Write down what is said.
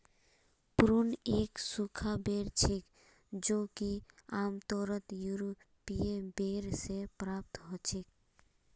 prune एक सूखा बेर छेक जो कि आमतौरत यूरोपीय बेर से प्राप्त हछेक